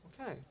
Okay